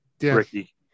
Ricky